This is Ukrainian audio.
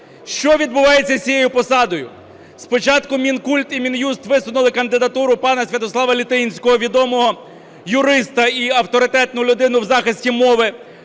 Що відбувається з цією посадою? Спочатку Мінкульт і Мін'юст висунули кандидатуру пана Святослава Літинського, відомого юриста і авторитетну людину в захисті мови,